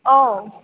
औ